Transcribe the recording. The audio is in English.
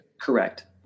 Correct